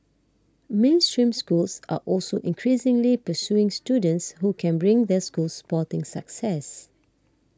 mainstream schools are also increasingly pursuing students who can bring their schools sporting success